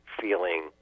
feeling